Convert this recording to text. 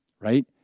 right